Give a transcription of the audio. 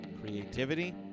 creativity